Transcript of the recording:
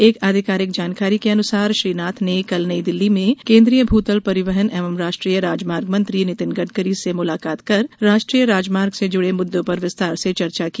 एक आधिकारिक जानकारी के अनुसार श्री नाथ ने कल नई दिल्ली में केन्द्रीय भूतल परिवहन एवं राष्ट्रीय राजमार्ग मंत्री नितिन गड़करी से मुलाकात कर राष्ट्रीय राजमार्ग से जुड़े मुद्दों पर विस्तार से चर्चा की